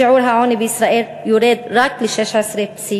שיעור העוני בישראל יורד רק ל-16.6%.